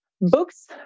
books